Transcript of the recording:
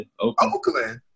Oakland